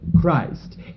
Christ